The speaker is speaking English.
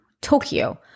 Tokyo